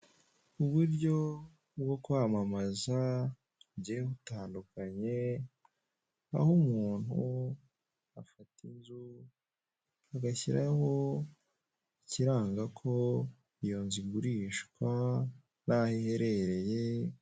Uburyo bwo kwamamaza bugiye butandukanye, aho umuntu afata inzu agashyiraho ikiranga ko iyo nzu igurishwa n'aho iherereye.